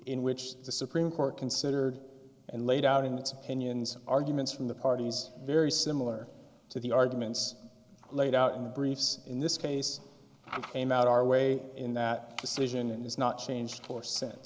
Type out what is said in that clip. in which the supreme court considered and laid out in its opinions arguments from the parties very similar to the arguments laid out in the briefs in this case i came out our way in that decision and has not changed or sense